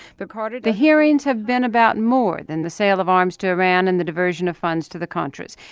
but carter. the hearings have been about more than the sale of arms to iran and the diversion of funds to the contras.